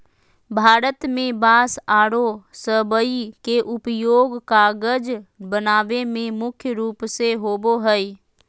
भारत में बांस आरो सबई के उपयोग कागज बनावे में मुख्य रूप से होबो हई